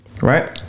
Right